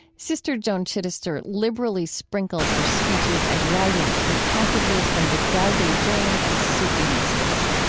sister joan chittister liberally sprinkles her speeches and writings with passages from the tao te ching and sufi mystics.